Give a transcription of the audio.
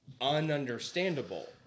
Ununderstandable